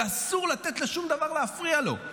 ואסור לתת לשום דבר להפריע לו.